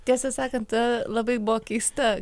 tiesą sakant labai buvo keista